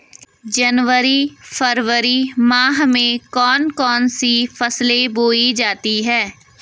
जनवरी फरवरी माह में कौन कौन सी फसलें बोई जाती हैं?